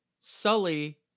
Sully